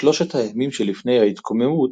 בשלושת הימים שלפני ההתקוממות,